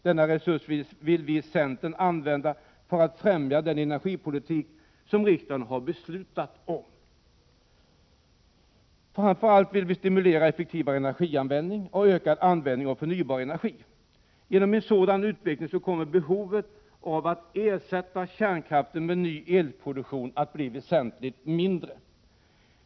Denna resurs vill vi i centern använda för att främja den energipolitik som riksdagen har beslutat om. Vi vill framför allt stimulera till effektivare energianvändning och ökad Genom en sådan utveckling kommer behovet av att ersätta kärnkraften med ny elproduktion att bli väsentligt mindre.